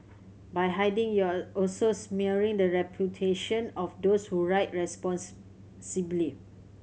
by hiding you're also smearing the reputation of those who ride response